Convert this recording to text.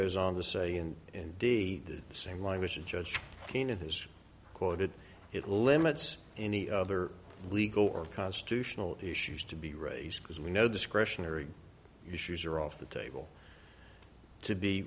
goes on to say and in the same language a judge again it is quoted it limits any other legal or constitutional issues to be raised because we know discretionary issues are off the table to be